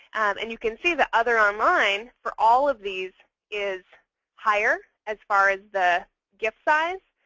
and you can see the other online for all of these is higher as far as the gift size.